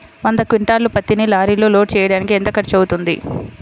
వంద క్వింటాళ్ల పత్తిని లారీలో లోడ్ చేయడానికి ఎంత ఖర్చవుతుంది?